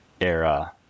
era